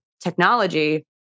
technology